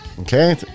okay